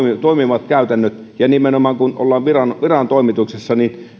toimivat käytännöt ja nimenomaan kun ollaan virantoimituksessa